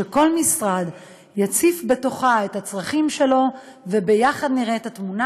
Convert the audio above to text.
כל משרד יציף בתוכה את הצרכים שלו וביחד נראה את התמונה